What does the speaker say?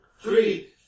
three